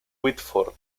whitford